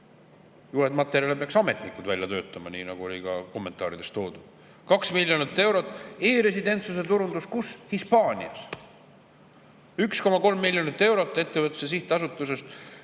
Juhendmaterjale peaks ametnikud välja töötama, nii nagu oli ka kommentaarides toodud. 2 miljonit eurot e‑residentsuse turundusele – kus? – Hispaanias. 1,3 miljonit eurot ettevõtluse sihtasutuse